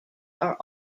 are